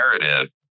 narrative